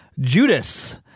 Judas